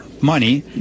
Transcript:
money